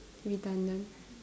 redundant